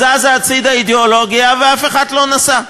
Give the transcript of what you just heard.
אז זזה הצדה האידיאולוגיה, ואף אחד לא נסע.